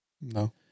No